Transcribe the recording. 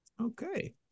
Okay